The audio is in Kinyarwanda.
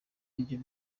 aribyo